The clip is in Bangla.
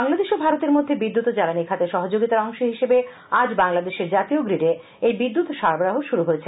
বাংলাদেশ ও ভারতের মধ্যে বিদ্যুৎ ও জ্বালানি খাতে সহযোগিতার অংশ হিসেবে আজ বাংলাদেশের জাতীয় গ্রিডে এই বিদ্যুৎ সরবরাহ শুরু হয়েছে